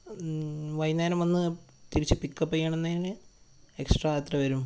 വൈന്നേരം വന്ന് തിരിച്ച് പിക്കപ്പ് ചെയ്യണം എന്നതിന് എക്സ്ട്രാ എത്ര വരും